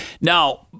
now